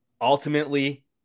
ultimately